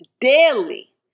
daily